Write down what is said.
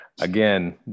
Again